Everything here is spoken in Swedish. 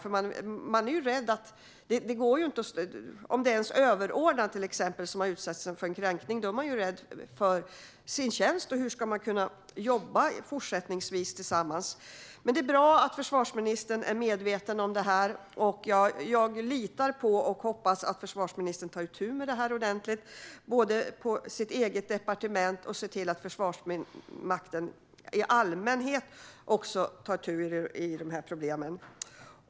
Om det exempelvis är ens överordnade som har utsatt en för en kränkning är man kanske rädd för att förlora sin tjänst eller för hur man ska kunna jobba tillsammans i fortsättningen. Det är bra att försvarsministern är medveten om detta. Jag litar på och hoppas att försvarsministern tar itu med det här ordentligt på sitt eget departement och genom att se till att Försvarsmakten i allmänhet tar itu med problemen.